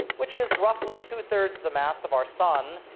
which is roughly two-thirds the mass of our sun,